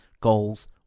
goals